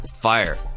fire